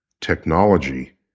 technology